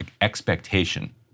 expectation